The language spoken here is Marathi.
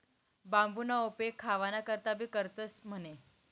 बांबूना उपेग खावाना करता भी करतंस म्हणे